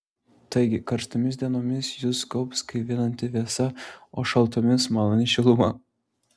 taigi karštomis dienomis jus gaubs gaivinanti vėsa o šaltomis maloni šiluma